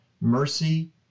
mercy